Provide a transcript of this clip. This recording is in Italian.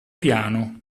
piano